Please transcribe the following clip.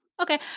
Okay